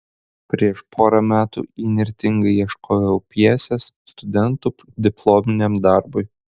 prieš porą metų įnirtingai ieškojau pjesės studentų diplominiam darbui